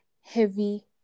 heavy